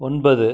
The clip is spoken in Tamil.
ஒன்பது